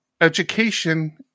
education